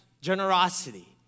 generosity